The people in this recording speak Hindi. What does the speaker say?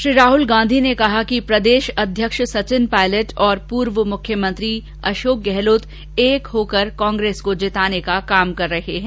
श्री राहुल गांधी ने कहा कि प्रदेश अध्यक्ष सचिन पायलट और पूर्व मुख्यमंत्री अशोक गहलोत एक होकर कांग्रेस को जिताने का काम कर रहे हैं